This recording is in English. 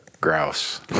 grouse